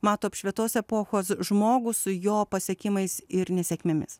mato apšvietos epochos žmogų su jo pasiekimais ir nesėkmėmis